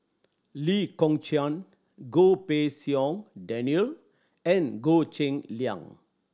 Lee Kong Chian Goh Pei Siong Daniel and Goh Cheng Liang